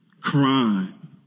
crime